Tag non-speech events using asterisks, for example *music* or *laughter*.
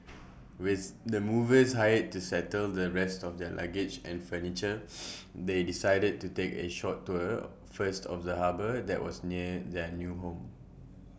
*noise* with the movers hired to settle the rest of their luggage and furniture *noise* they decided to take A short tour first of the harbour that was near their new home